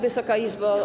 Wysoka Izbo!